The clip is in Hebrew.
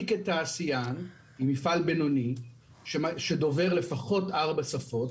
אני כתעשיין עם מפעל בינוני שדובר לפחות ארבע שפות